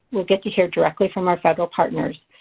we'll get to hear directly from our federal partners.